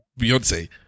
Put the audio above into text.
Beyonce